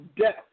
death